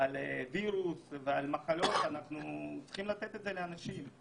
וירוס ועל מחלות ואנחנו צריכים לתת את האפשרות הזו לאנשים,